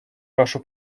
вашу